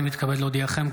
הינני מתכבד להודיעכם,